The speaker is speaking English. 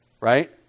right